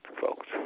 folks